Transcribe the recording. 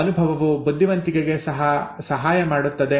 ಅನುಭವವು ಬುದ್ಧಿವಂತಿಕೆಗೆ ಸಹಾಯ ಮಾಡುತ್ತದೆ